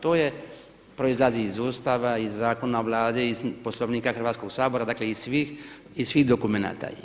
To je proizlazi iz Ustava, iz Zakon o Vladi, iz Poslovnika Hrvatskoga sabora, dakle iz svih dokumenata.